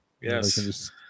yes